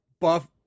buff